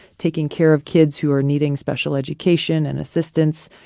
taking care of kids who are needing special education and assistance,